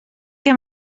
que